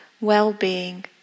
well-being